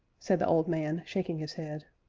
said the old man, shaking his head.